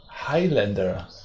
highlander